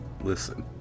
Listen